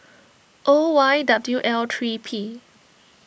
O Y W L three P